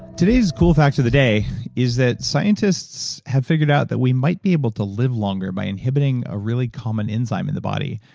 today's cool fact of the day is that scientists have figured out that we might be able to live longer by inhibiting a really common enzyme in the body.